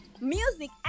music